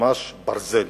ממש ברזל.